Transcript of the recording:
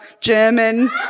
German